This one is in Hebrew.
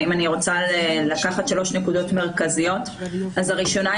שלוש נקודות מרכזיות: ראשית,